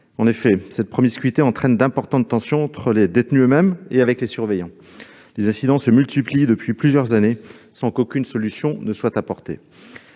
En effet, cette promiscuité entraîne d'importantes tensions entre les détenus eux-mêmes, et avec les surveillants. Les incidents se multiplient depuis plusieurs années sans qu'aucune solution soit apportée